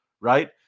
Right